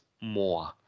more